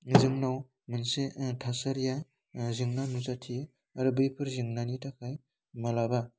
जोंनाव मोनसे थासारिया जेंना नुजाथियो आरो बैफोर जेंनानि थाखाय मालाबा